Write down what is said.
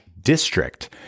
district